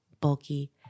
bulky